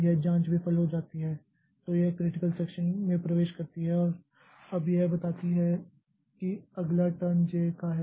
यह जांच विफल हो जाती है तो यह क्रिटिकल सेक्षन में प्रवेश करती है और अब यह बताती है कि अगला टर्न j का है